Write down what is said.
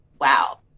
wow